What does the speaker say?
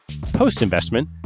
Post-investment